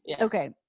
Okay